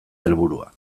helburua